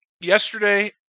yesterday